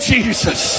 Jesus